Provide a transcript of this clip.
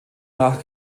nach